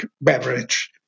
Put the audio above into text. beverage